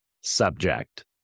subject